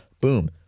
Boom